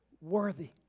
worthy